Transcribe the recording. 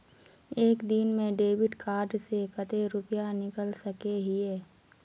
एक दिन में डेबिट कार्ड से कते रुपया निकल सके हिये?